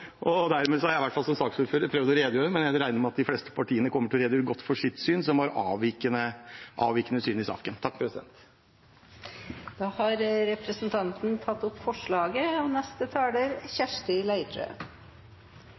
Jeg har som saksordfører prøvd å redegjøre, men jeg regner med at de fleste partiene kommer til å redegjøre godt for sitt syn der de har avvikende syn i saken. Representanten Bård Hoksrud har tatt opp det forslaget han refererte til. Dette prosjektet er etterlengtet og